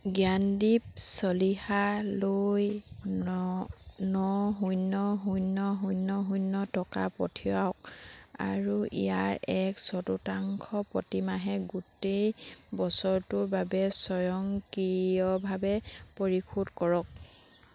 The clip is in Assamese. জ্ঞানদীপ চলিহালৈ ন ন শূন্য শূন্য শূন্য শূন্য় টকা পঠিয়াওক আৰু ইয়াৰ এক চতুৰ্থাংশ প্ৰতিমাহে গোটেই বছৰটোৰ বাবে স্বয়ংক্ৰিয়ভাৱে পৰিশোধ কৰক